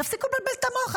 תפסיק לבלבל את המוח,